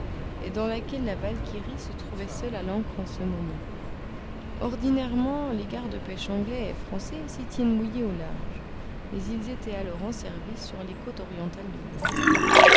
et dans laquelle la valkyrie se trouvait seule à l'ancre en ce moment ordinairement les gardes pêche anglais et français s'y tiennent mouillés au large mais ils étaient alors en service sur les côtes orientales de l'île